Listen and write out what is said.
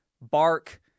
bark